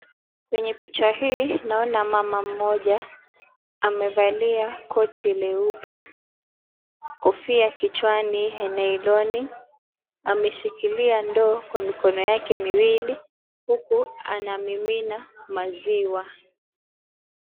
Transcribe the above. Kwenye picha hii naona mama mmoja amevalia koti leupe, kofia kichwani ya nylon . Ameshikilia ndoo kwa mikono yake miwili huku anamimina maziwa.